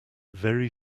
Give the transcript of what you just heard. very